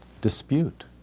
dispute